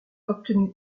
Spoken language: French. obtenu